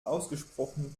ausgesprochen